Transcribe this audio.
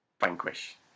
vanquish